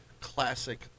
classic